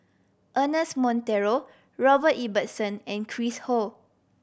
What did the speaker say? Ernest Monteiro Robert Ibbetson and Chris Ho